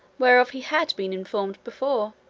whereof he had been informed before.